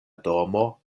domo